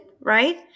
right